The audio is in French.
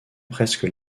presque